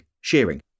shearing